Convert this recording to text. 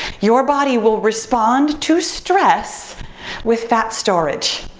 your body will respond to stress with fat storage.